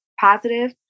positive